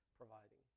providing